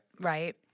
right